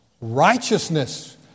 Righteousness